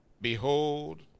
behold